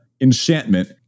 enchantment